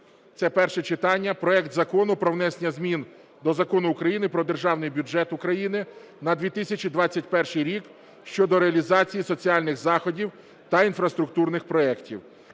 це перше читання, проект Закону про внесення змін до Закону України "Про Державний бюджет України на 2021 рік" щодо реалізації соціальних заходів та інфраструктурних проектів